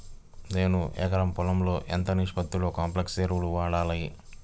నేను ఎకరం పొలంలో ఎంత నిష్పత్తిలో కాంప్లెక్స్ ఎరువులను వాడాలి?